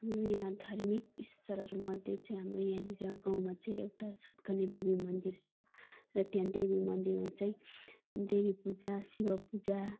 हाम्रो यहाँ धर्मिक स्थलहरूमध्ये चाहिँ हाम्रो यहाँनिर गाउँमा चाहिँ एउटा सातकन्या देवी मन्दिर छ र त्यहाँ देवी मन्दिरमा चाहिँ देवी पूजा शिव पूजा